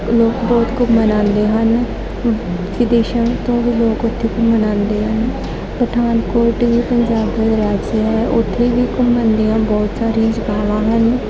ਲੋਕ ਬਹੁਤ ਘੁੰਮਣ ਆਉਂਦੇ ਹਨ ਵਿਦੇਸ਼ਾਂ ਤੋਂ ਵੀ ਲੋਕ ਉੱਥੇ ਘੁੰਮਣ ਆਉਂਦੇ ਹਨ ਪਠਾਨਕੋਟ ਵੀ ਪੰਜਾਬ ਦਾ ਇੱਕ ਰਾਜ ਹੈ ਉੱਥੇ ਵੀ ਘੁੰਮਣ ਦੀਆਂ ਬਹੁਤ ਸਾਰੀਆਂ ਜਗ੍ਹਾ ਹਨ